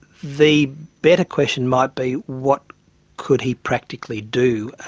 the better question might be what could he practically do?